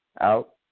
out